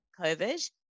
COVID